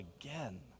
again